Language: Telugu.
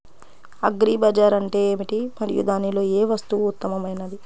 అగ్రి బజార్ అంటే ఏమిటి మరియు దానిలో ఏ వస్తువు ఉత్తమమైనది?